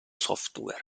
software